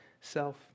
self